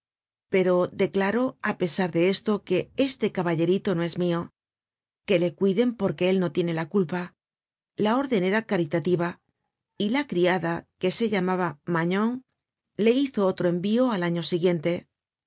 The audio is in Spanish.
pero declaro á pesar de esto que este caballerito no es mio que le cuiden porque no tiene la culpa la órden era caritativa y la criada que se llamaba magnon le hizo otro envio al año siguiente